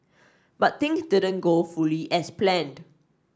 but things didn't go fully as planned